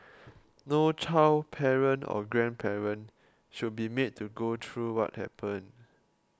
no child parent or grandparent should be made to go through what happened